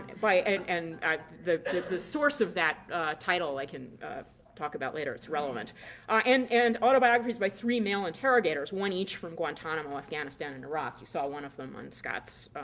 and and the the source of that title i can talk about later it's relevant um and and autobiographies by three male interrogators, one each from guantanamo, afghanistan and iraq. you saw one of them on scott's